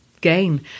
gain